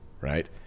right